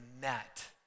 met